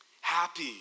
Happy